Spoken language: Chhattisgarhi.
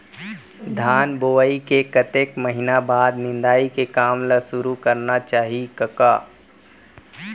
धान बोवई के कतेक महिना बाद निंदाई के काम ल सुरू करना चाही कका?